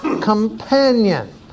companion